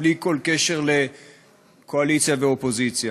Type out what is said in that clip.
בלי כל קשר לקואליציה ואופוזיציה.